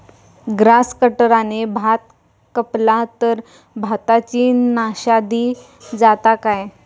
Grass कटराने भात कपला तर भाताची नाशादी जाता काय?